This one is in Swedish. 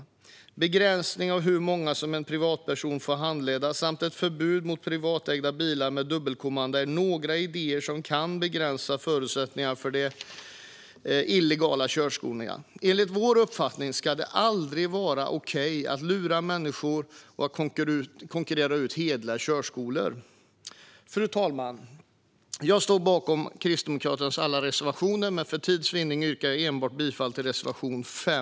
En begränsning av antalet personer en privatperson får handleda samt ett förbud mot privatägda bilar med dubbelkommando är några idéer som kan begränsa förutsättningarna för de illegala körskolorna. Enligt vår uppfattning ska det aldrig vara okej att lura människor och konkurrera ut hederliga körskolor. Fru talman! Jag står bakom Kristdemokraternas alla reservationer, men för tids vinnande yrkar jag bifall enbart till reservation 5.